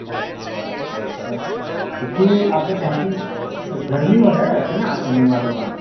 હં હં સરસ ચાલો સરસ પછી આપણે ત્યાંથી ગરમી વધારે હશે ને આ સમયમાં તો પણ